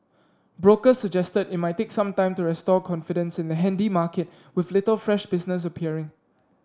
brokers suggested it might take some time to restore confidence in the handy market with little fresh business appearing